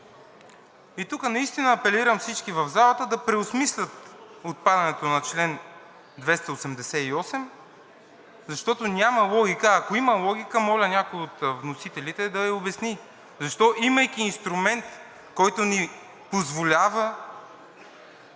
Тук наистина апелирам всички във залата да преосмислят отпадането на чл. 288, защото няма логика, а ако има логика, моля някой от вносителите да я обясни. Защо, имайки инструмент, който ни позволява